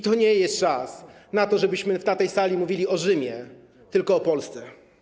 To nie jest czas na to, żebyśmy na tej sali mówili o Rzymie, tylko o Polsce.